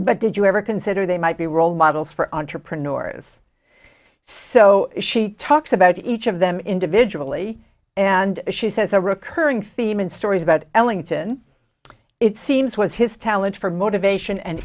but did you ever consider they might be role models for entrepreneurs so she talks about each of them individually and she says a recurring theme in stories about ellington it seems was his talent for motivation and